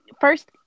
first